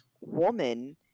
woman